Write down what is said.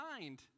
mind